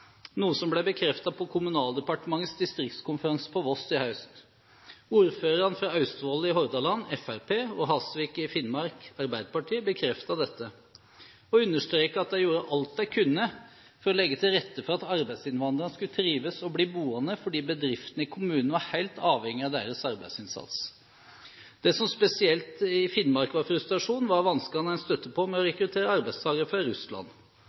noe som ble bekreftet på Kommunaldepartementets distriktskonferanse på Voss i høst. Ordførerne fra Austevoll i Hordaland, fra Fremskrittspartiet, og Hasvik i Finnmark, fra Arbeiderpartiet, bekreftet dette og understreket at de gjorde alt de kunne for å legge til rette for at arbeidsinnvandrerne skulle trives og bli boende, fordi bedriftene i kommunene var helt avhengig av deres arbeidsinnsats. Det som spesielt i Finnmark var frustrasjonen, var vanskene en støtte på med å rekruttere arbeidstakere fra Russland.